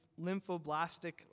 lymphoblastic